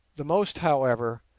the most, however,